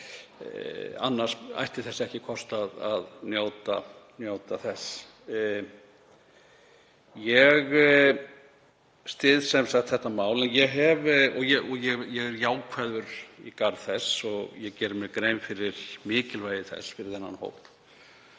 ætti þess ekki kost að njóta þess. Ég styð þetta mál og er jákvæður í garð þess og geri mér grein fyrir mikilvægi þess fyrir þennan hóp.